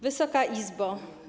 Wysoka Izbo!